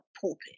pulpit